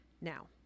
Now